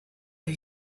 who